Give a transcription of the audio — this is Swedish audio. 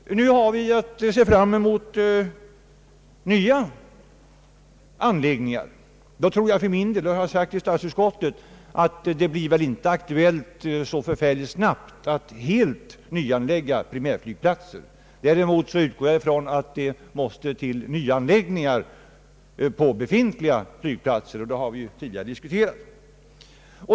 Men nu har vi att se fram emot nya anläggningar. Visserligen tror jag för min del, och det har jag sagt i statsutskottet, att det inte lär bli aktuellt så snabbt att helt nyanlägga primärflygplatser. Däremot utgår jag ifrån att det måste till nyanläggningar på befintliga platser, och det har vi tidigare diskuterat.